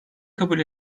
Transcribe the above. kabul